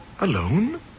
Alone